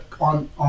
on